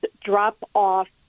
drop-off